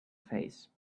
face